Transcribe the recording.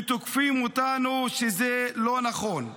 ותוקפים אותנו שזה לא נכון,